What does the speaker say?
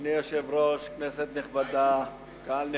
אדוני היושב-ראש, כנסת נכבדה, קהל נכבד,